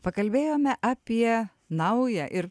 pakalbėjome apie naują ir